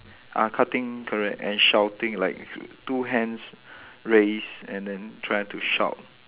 ah cutting correct and shouting like two hands raised and then try to shout